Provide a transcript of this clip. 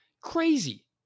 Crazy